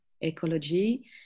ecology